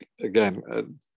again